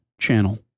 channel